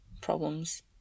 problems